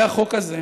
אחרי החוק הזה,